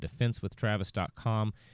DefenseWithTravis.com